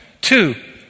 Two